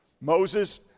Moses